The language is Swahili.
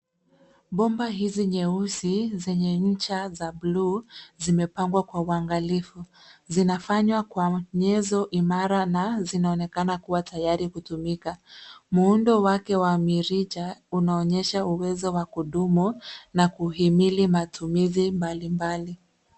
Bomba hizi nyeusi zenye ncha za bluu zimepangwa kwa uangalifu. Zinafanywa kwa nyenzo imara na zinaonekana kuwa tayari kutumika. Muundo wake wa mirija unaonyesha uwezo wa kudumu na kuhimili matumizi mbalimbali.